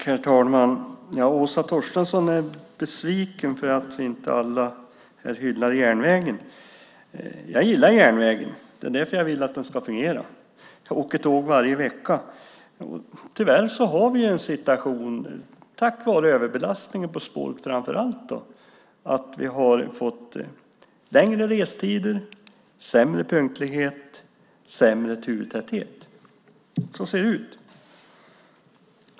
Herr talman! Åsa Torstensson är besviken över att inte alla här hyllar järnvägen. Men jag gillar järnvägen. Det är därför som jag vill att den ska fungera. Varje vecka åker jag tåg. Tyvärr har vi, framför allt till följd av överbelastning på spåren, situationen att vi har fått längre restid, sämre punktlighet och sämre turtäthet. Så ser det ut.